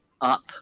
up